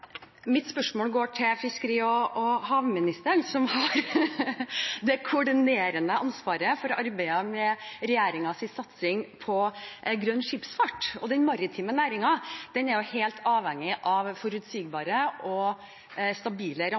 har det koordinerende ansvaret for arbeidet med regjeringens satsing på grønn skipsfart. Den maritime næringen er helt avhengig av forutsigbare og stabile